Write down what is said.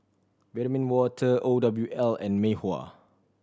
Vitamin Water O W L and Mei Hua